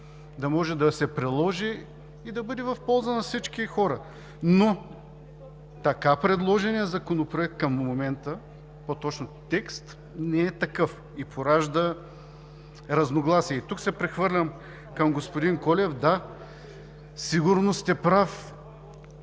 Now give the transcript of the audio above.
да може да се приложи и да бъде в полза на всички хора. Така предложеният Законопроект към момента, по точно текст, не е такъв и поражда разногласия. Тук се прехвърлям към господин Колев – да, сигурно сте прав,